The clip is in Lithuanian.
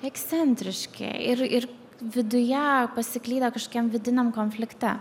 ekscentriški ir ir viduje pasiklydę kažkokiam vidiniam konflikte